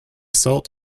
salt